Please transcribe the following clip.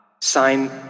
Sign